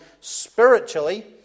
spiritually